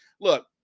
Look